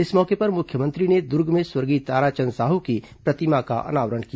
इस मौके पर मुख्यमंत्री ने दूर्ग में स्वर्गीय ताराचंद साह की प्रतिमा का अनावरण किया